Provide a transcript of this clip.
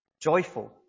joyful